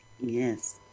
Yes